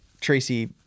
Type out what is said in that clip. Tracy